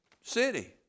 city